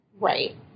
right